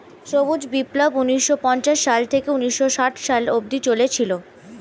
সবুজ বিপ্লব ঊন্নিশো পঞ্চাশ সাল থেকে ঊন্নিশো ষাট সালে অব্দি চলেছিল